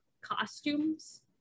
costumes